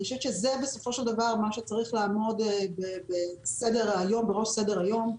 זה בסופו של דבר מה שצריך לעמוד בראש סדר היום.